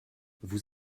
vous